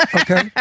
Okay